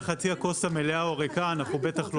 שמו ואולי הם ירצו זה דברים שכן הגענו